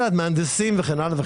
מהנדסים וכן הלאה.